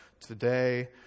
today